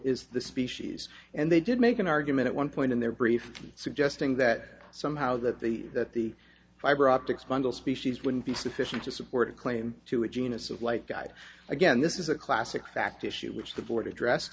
is the species and they did make an argument at one point in their brief suggesting that somehow that the that the fiberoptics bundle species wouldn't be sufficient to support a claim to a genus of like i again this is a classic fact issue which the board address